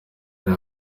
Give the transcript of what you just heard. bari